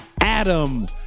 Adam